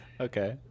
Okay